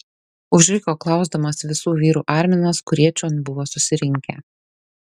užriko klausdamas visų vyrų arminas kurie čion buvo susirinkę